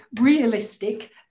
realistic